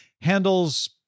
handles